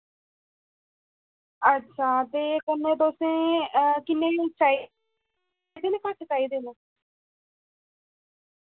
अच्छा ते कन्नै तुसें किन्ने घट चाहिदे न